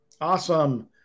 Awesome